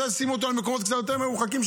שים אותו במקומות קצת יותר מרוחקים,